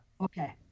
Okay